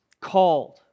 called